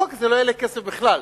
החוק הזה לא יעלה כסף בכלל,